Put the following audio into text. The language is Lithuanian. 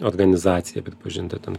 organizacija pripažinta ten